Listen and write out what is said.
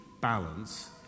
balance